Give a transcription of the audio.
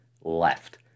left